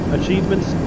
achievements